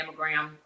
mammogram